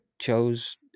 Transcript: chose